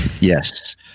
Yes